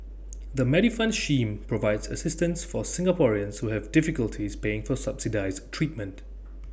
the Medifund scheme provides assistance for Singaporeans who have difficulties paying for subsidized treatment